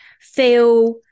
feel